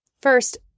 First